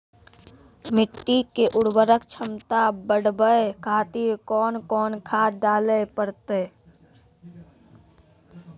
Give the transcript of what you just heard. मिट्टी के उर्वरक छमता बढबय खातिर कोंन कोंन खाद डाले परतै?